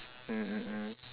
mm mm mm